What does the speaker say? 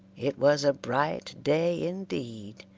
it was a bright day, indeed,